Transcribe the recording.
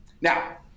Now